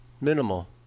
minimal